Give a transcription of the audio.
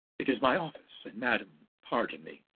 it is my office, and madame pardon me